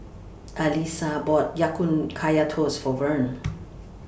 Alysa bought Ya Kun Kaya Toast For Verne